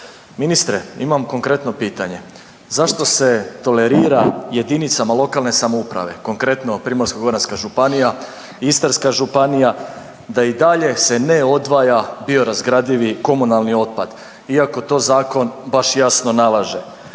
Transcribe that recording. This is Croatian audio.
Ministre, imam konkretno pitanje. Zašto se tolerira JLS-ovima, konkretno Primorsko-goranska županija i Istarska županija da i dalje se ne odvaja biorazgradivi komunalni otpad iako to zakon baš jasno nalaže?